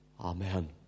Amen